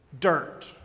dirt